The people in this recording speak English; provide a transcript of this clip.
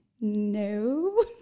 no